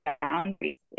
boundaries